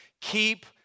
keep